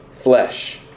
flesh